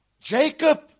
Jacob